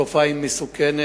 התופעה היא מסוכנת,